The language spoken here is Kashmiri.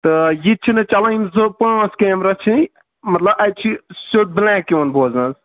تہٕ یہِ تہِ چھُنہٕ چلان یِم زٕ پٲنٛژھ کیمرا چھِی مطلب اَتہِ چھُ سیٚود بِلیک یِوان بوزنہٕ حظ